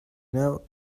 now